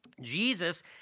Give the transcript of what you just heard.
Jesus